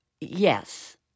Yes